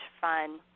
fun